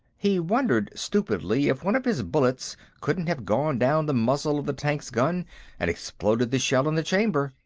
he wondered, stupidly, if one of his bullets couldn't have gone down the muzzle of the tank's gun and exploded the shell in the chamber.